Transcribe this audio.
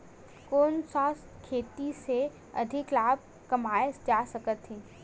कोन सा खेती से अधिक लाभ कमाय जा सकत हे?